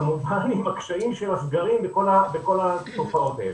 כמובן עם הקשיים של הסגרים וכל התופעות האלה.